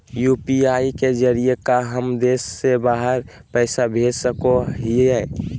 UPI के जरिए का हम देश से बाहर पैसा भेज सको हियय?